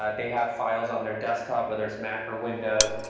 ah they have files on their desktop, whether it's mac or windows.